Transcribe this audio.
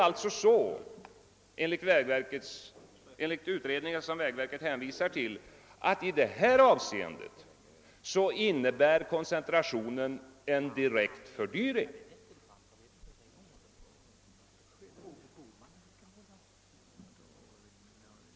Enligt den utredning som vägverket hänvisar till innebär alltså koncentrationen en direkt fördyring.